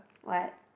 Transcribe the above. what